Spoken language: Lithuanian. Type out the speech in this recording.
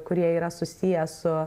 kurie yra susiję su